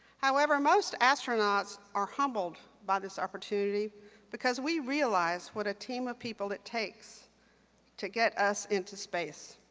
however, most astronauts are humbled by this opportunity because we realize what a team of people it takes to get us into space.